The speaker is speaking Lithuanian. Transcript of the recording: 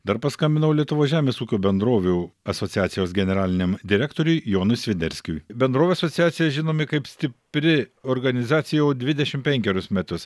dar paskambinau lietuvos žemės ūkio bendrovių asociacijos generaliniam direktoriui jonui sviderskiui bendrovių asociacijai žinomi kaip stipri organizacija jau dvidešimt penkerius metus